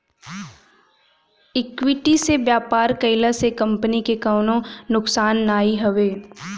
equity से व्यापार कईला से कंपनी के कवनो नुकसान नाइ हवे